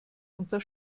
unter